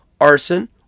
arson